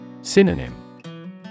Synonym